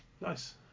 nice